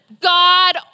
God